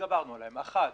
שהתגברנו עליהן: ראשית,